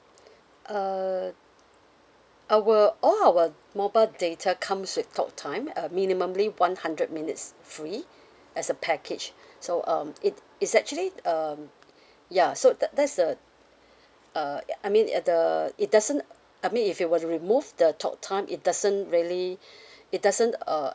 uh our all our mobile data comes with talk time uh minimum ly one hundred minutes free as a package so um it it's actually um ya so that that's the uh ya I mean at the it doesn't uh I mean if you were to remove the talk time it doesn't really it doesn't uh